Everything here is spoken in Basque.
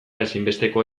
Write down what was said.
ezinbestekoa